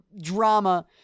drama